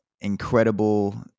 incredible